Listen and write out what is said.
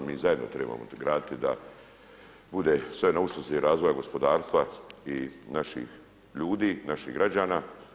Mi zajedno trebamo graditi da bude sve na usluzi razvoja gospodarstva i naših ljudi, naših građana.